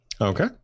Okay